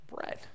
bread